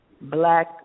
Black